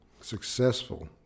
successful